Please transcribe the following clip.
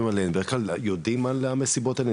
עליהם בדרך כלל יודעים על המסיבות האלה?